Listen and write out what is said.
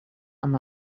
amb